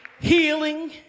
Healing